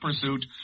pursuit